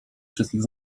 wszystkich